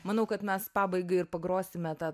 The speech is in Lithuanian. manau kad mes pabaigai ir pagrosime tą